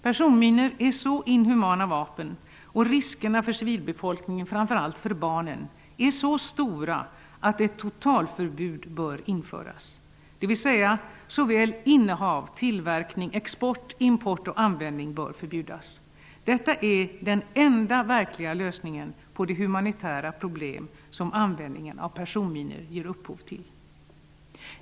Personminor är så inhumana vapen, och riskerna för civilbefolkningen, framför allt för barnen, är så stora att ett totalförbud bör införas -- dvs. såväl innehav, tillverkning, export, import och användning bör förbjudas. Detta är den enda verkliga lösningen på det humanitära problem som användningen av personminor ger upphov till.